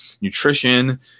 nutrition